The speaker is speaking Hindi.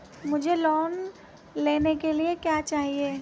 मुझे लोन लेने के लिए क्या चाहिए?